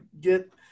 get